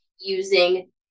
using